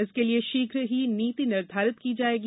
इसके लिए शीघ्र ही नीति निर्धारित की जायेगी